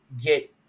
get